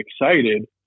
excited